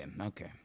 Okay